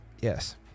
Yes